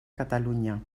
catalunya